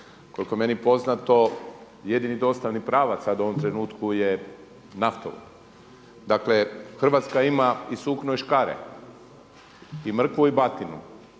Koliko je meni poznato jedini dostavni pravac sada u ovom trenutku je naftovod. Dakle, Hrvatska ima i sukno i škare i mrkvu i batinu